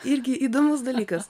irgi įdomus dalykas